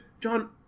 John